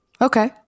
Okay